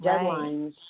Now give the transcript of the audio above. deadlines